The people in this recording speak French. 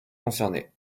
concernés